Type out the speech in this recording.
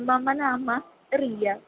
मम नाम रिया